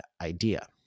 idea